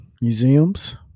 museums